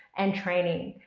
and training.